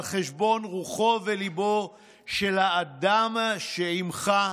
על חשבון רוחו וליבו של האדם שעימך,